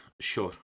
sure